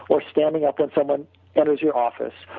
or standing up when someone enters your office,